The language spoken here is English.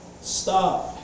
stop